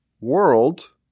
world